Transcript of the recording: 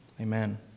Amen